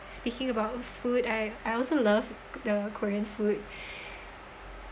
speaking about food I I also love the korean food